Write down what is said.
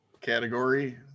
category